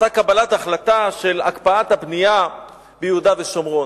אותה קבלת החלטה של הקפאת הבנייה ביהודה ושומרון.